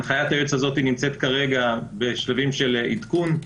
הנחיית היועץ הזו נמצאת כרגע בשלבים של עדכון,